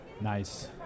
Nice